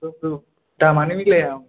दामानो मिलाया